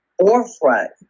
forefront